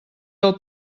del